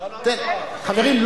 חברים,